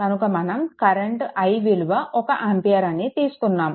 కనుక మనం current i విలువ 1 ఆంపియర్ అని తెలుసుకున్నాము